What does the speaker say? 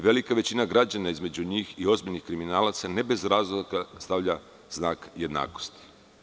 Velika većina građana između njih i ozbiljnih kriminalaca ne bez razloga stavlja znak jednakosti.